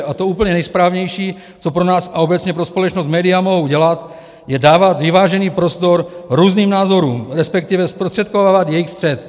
A to úplně nejsprávnější, co pro nás a obecně pro společnost média mohou dělat, je dávat vyvážený prostor různým názorům, respektive zprostředkovávat jejich střet.